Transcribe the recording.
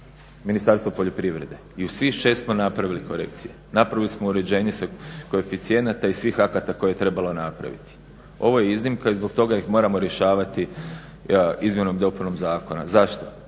Ministarstvo poljoprivrede i u svih 6 smo napravili korekcije, napravili smo uređenje koeficijenata i svih akata koje je trebalo napraviti. Ovo je iznimka i zbog toga ih moramo rješavati izmjenom i dopunom zakona. Zašto?